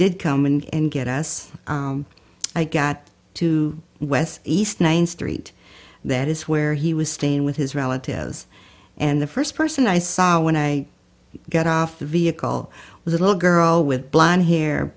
did come in and get us i got to west east ninth street that is where he was staying with his relatives and the first person i saw when i got off the vehicle was a little girl with blonde hair